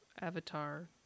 Avatar